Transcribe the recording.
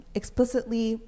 explicitly